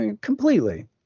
Completely